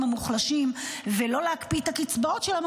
המוחלשים ולא להקפיא את הקצבאות שלהם,